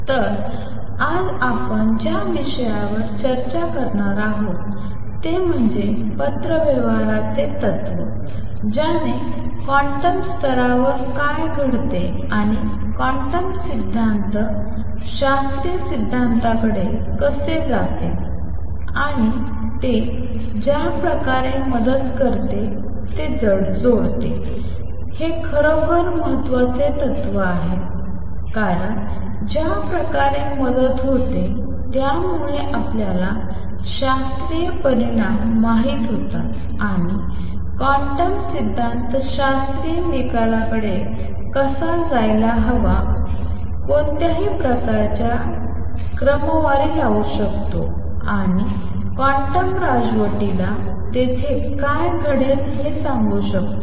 तर आज आपण ज्या विषयावर चर्चा करणार आहोत ते म्हणजे पत्रव्यवहाराचे तत्त्व ज्याने क्वांटम स्तरावर काय घडते आणि क्वांटम सिद्धांत शास्त्रीय सिद्धांताकडे कसे जाते आणि ते ज्या प्रकारे मदत करते ते जोडते हे खरोखर महत्त्वाचे तत्व आहे कारण ज्या प्रकारे मदत होते त्यामुळे आपल्याला शास्त्रीय परिणाम माहित होतात आणि क्वांटम सिद्धांत शास्त्रीय निकालाकडे कसे जायला हवे कोणीतरी मागच्या प्रकाराची क्रमवारी लावू शकतो आणि क्वांटम राजवटीला तेथे काय घडेल हे सांगू शकतो